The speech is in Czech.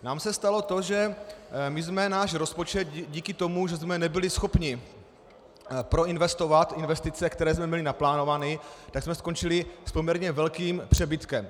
Nám se stalo to, že my jsme náš rozpočet díky tomu, že jsme nebyli schopni proinvestovat investice, které jsme měli naplánovány skončili jsme s poměrně velkým přebytkem.